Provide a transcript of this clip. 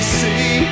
see